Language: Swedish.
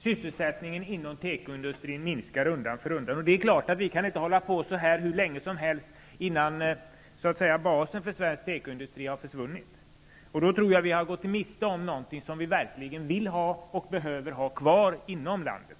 sysselsättningen inom tekoindustrin minskar undan för undan. Det är klart att detta inte kan fortsätta hur länge som helst. Förr eller senare försvinner basen för svensk tekoindustri. Då tror jag att vi går miste om något som vi verkligen vill ha och behöver ha kvar inom landet.